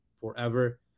Forever